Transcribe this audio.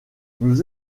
nous